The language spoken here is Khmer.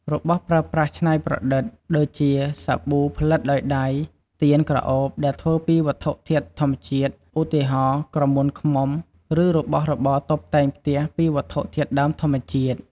របស់ប្រើប្រាស់ច្នៃប្រឌិត ដូចជា សាប៊ូផលិតដោយដៃ ទៀនក្រអូបដែលធ្វើពីវត្ថុធាតុធម្មជាតិ ឧទាហរណ៍ ក្រមួនឃ្មុំ ឬរបស់របរតុបតែងផ្ទះពីវត្ថុធាតុដើមធម្មជាតិ។